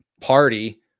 party